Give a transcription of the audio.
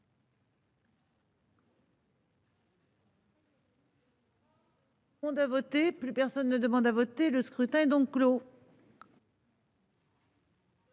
...